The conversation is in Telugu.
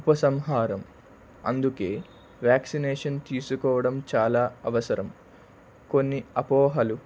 ఉపసంహారం అందుకే వ్యాక్సినేషన్ తీసుకోవడం చాలా అవసరం కొన్ని అపోహలు